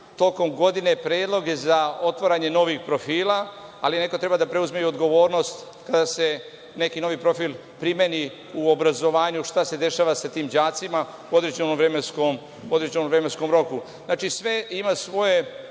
tokom godine predloge za otvaranje novih profila, ali neko treba da preuzme i odgovornost kada se neki novi profil primeni u obrazovanju, šta se dešava sa tim đacima u određenom vremenskom roku. Znači, sve ima svoje